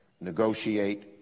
negotiate